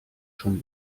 schon